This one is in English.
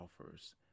offers